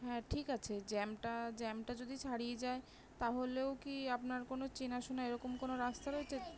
হ্যাঁ ঠিক আছে জ্যামটা জ্যামটা যদি ছাড়িয়ে যায় তাহলেও কি আপনার কোনো চেনাশোনা এরকম কোনো রাস্তা রয়েছে